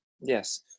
Yes